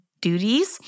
duties